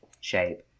shape